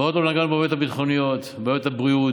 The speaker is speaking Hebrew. ועוד לא נגענו בבעיות הביטחוניות, בבעיות הבריאות